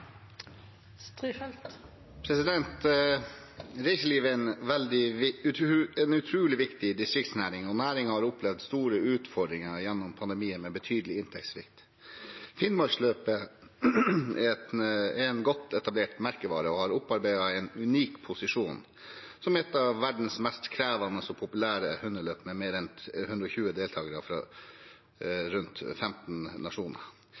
viktig distriktsnæring, og næringen har opplevd store utfordringer gjennom pandemien med betydelig inntektssvikt. Finnmarksløpet er en godt etablert merkevare og har opparbeidet en unik posisjon som et av verdens mest krevende og populære hundeløp med mer enn 120